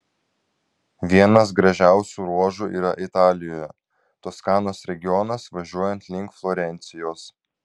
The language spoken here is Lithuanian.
vienas gražiausių ruožų yra italijoje toskanos regionas važiuojant link florencijos